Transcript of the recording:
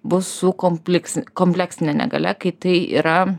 bus su kompliks kompleksine negalia kai tai yra